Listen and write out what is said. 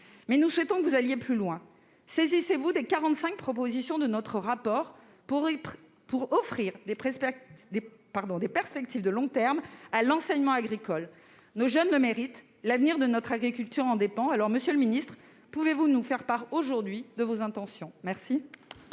mais nous souhaitons que vous alliez plus loin. Saisissez-vous des 45 propositions de notre rapport pour offrir des perspectives de long terme à l'enseignement agricole ! Nos jeunes le méritent, l'avenir de notre agriculture en dépend. Monsieur le ministre, pouvez-vous nous faire part aujourd'hui de vos intentions ? La